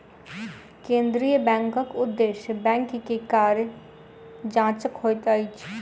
केंद्रीय बैंकक उदेश्य बैंक के कार्य जांचक होइत अछि